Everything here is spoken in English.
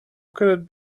could